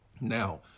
Now